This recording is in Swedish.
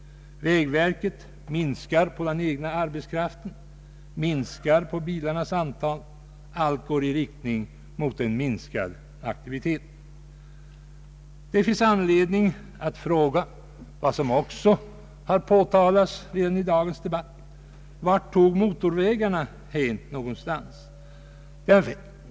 Vägverket minskar på den egna arbetskraften och på bilarnas antal. Allt går i riktning mot en minskad aktivitet. Det finns anledning fråga vad det blev av motorvägarna.